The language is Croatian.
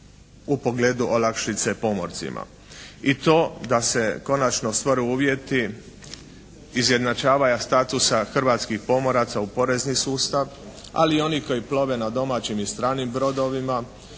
u pogledu olakšice pomorcima. I to da se konačno stvore uvjeti izjednačavanja statusa hrvatskih pomoraca u porezni sustav, ali i onih koji plove na domaćim i stranim brodovima